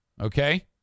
Okay